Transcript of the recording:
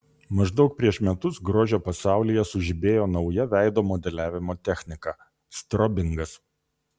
maždaug prieš metus grožio pasaulyje sužibėjo nauja veido modeliavimo technika strobingas